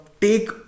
take